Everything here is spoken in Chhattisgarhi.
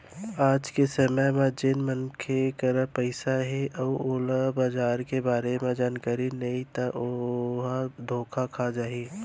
आज के समे म जेन मनसे करा पइसा हे अउ ओला बजार के बारे म जानकारी नइ ता ओहा धोखा खा जाही